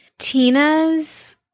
Tina's